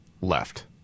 left